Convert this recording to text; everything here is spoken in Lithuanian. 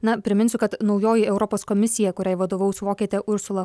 na priminsiu kad naujoji europos komisija kuriai vadovaus vokietė ursula